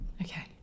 Okay